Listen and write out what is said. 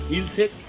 insect,